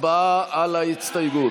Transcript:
הצבעה על ההסתייגות.